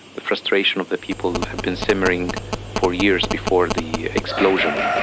the frustration of the people had been simmering for years before the explosion.